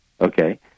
Okay